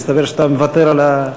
מסתבר שאתה מוותר על,